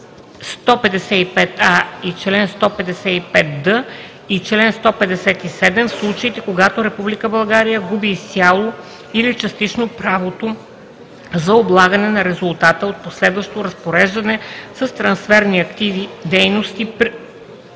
155а – 155д и чл. 157 в случаите, когато Република България губи изцяло или частично правото за облагане на резултата от последващо разпореждане с трансферирани активи/дейност при: 1.